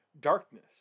darkness